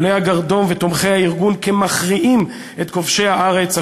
עולי הגרדום ותומכי הארגון כמכריעים את כובשי הארץ,